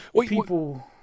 People